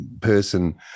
person